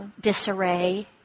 disarray